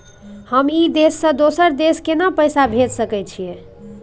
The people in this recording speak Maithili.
हम ई देश से दोसर देश केना पैसा भेज सके छिए?